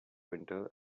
winter